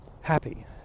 happy